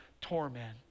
torment